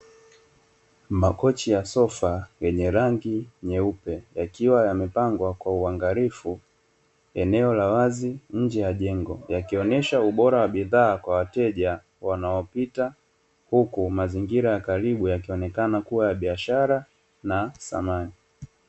Makochi ya sofa yenye rangi nyeupe, yakiwa yamepangwa kwa uangalifu eneo la wazi nje ya jengo, yakionyesha ubora wa bidhaa kwa wateja wanaopita, huku mazingira ya karibu yakionyesha kuwa ya biashara na samani.